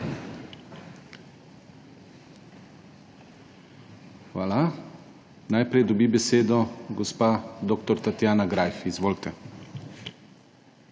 Hvala. Najprej dobi besedo gospa dr. Tatjana Greif. Izvolite.